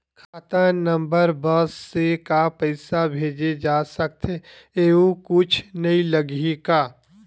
खाता नंबर बस से का पईसा भेजे जा सकथे एयू कुछ नई लगही का?